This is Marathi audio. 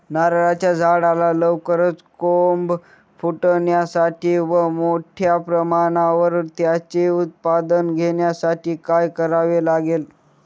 नारळाच्या झाडाला लवकर कोंब फुटण्यासाठी व मोठ्या प्रमाणावर त्याचे उत्पादन घेण्यासाठी काय करावे लागेल?